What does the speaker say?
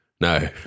No